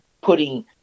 putting